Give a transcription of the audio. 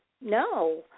no